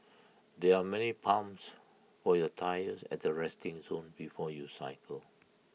there are many pumps for your tyres at the resting zone before you cycle